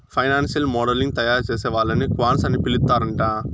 financial modelling ని తయారుచేసే వాళ్ళని క్వాంట్స్ అని పిలుత్తరాంట